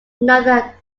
neither